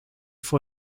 for